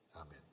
Amen